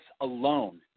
alone